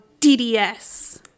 DDS